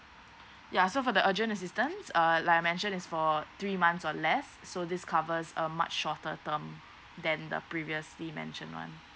ya so for the urgent assistance err like I mention is for three months or less so this covers a much shorter term than the previously mentioned one